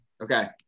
Okay